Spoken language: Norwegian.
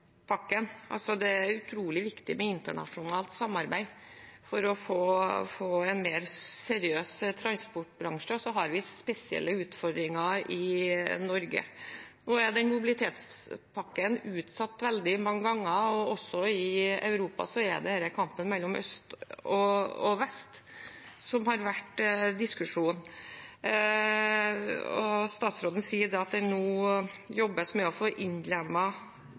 internasjonalt samarbeid for å få en mer seriøs transportbransje. Så har vi spesielle utfordringer i Norge. Nå er mobilitetspakken utsatt veldig mange ganger, og også i Europa er det kampen mellom øst og vest som har vært diskusjonen. Statsråden sier at det nå jobbes med å få